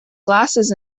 glasses